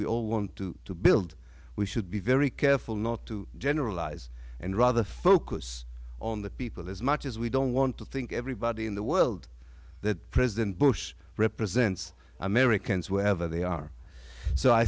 we all want to build we should be very careful not to generalize and rather focus on the people as much as we don't want to think everybody in the world that president bush represents americans wherever they are so i